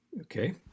Okay